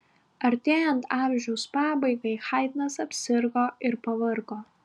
artėjant amžiaus pabaigai haidnas apsirgo ir pavargo